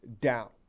down